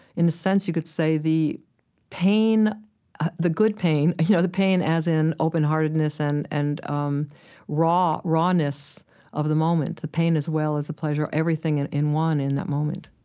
in a sense, you could say the pain ah the good pain, you know, the pain as in openheartedness and and um rawness of the moment, the pain as well as the pleasure, everything in in one in that moment